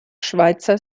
schweizer